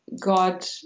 God